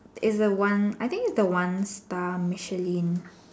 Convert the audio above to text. is a one I think is a one star Michelin